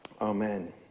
amen